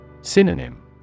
Synonym